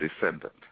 descendant